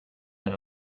than